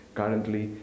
currently